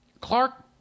Clark